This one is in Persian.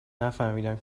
نفهمیدم